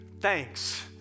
thanks